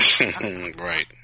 Right